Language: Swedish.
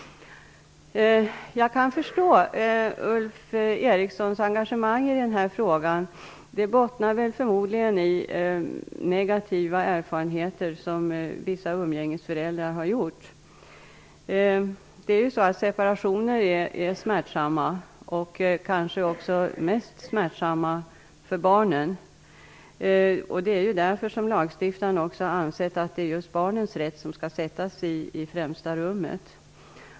Jag kan förstå Ulf Erikssons engagemang i denna fråga. Det bottnar förmodligen i negativa erfarenheter som vissa umgängesföräldrar har gjort. Separationer är smärtsamma, kanske mest för barnen, och det är också därför som lagstiftaren ansett att det är just barnens rätt som skall sättas i främsta rummet.